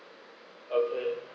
okay